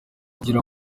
kugira